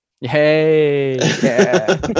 Hey